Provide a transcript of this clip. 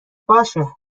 باشه